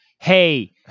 hey